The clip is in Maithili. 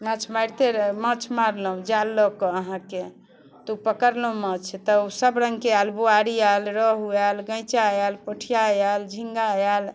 माछ मारिते रह माछ मारलहुँ जाल लऽ कऽ अहाँके तऽ ओ पकड़लहुँ माछ तऽ ओ सबरङ्गके आएल बुआरी आएल रेहू आएल गैँचा आएल पोठिआ आएल झिङ्गा आएल